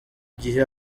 gihe